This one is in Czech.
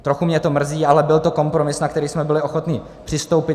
Trochu mě to mrzí, ale byl to kompromis, na který jsme byli ochotni přistoupit.